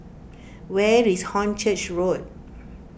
where is Hornchurch Road